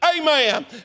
amen